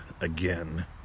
again